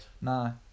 no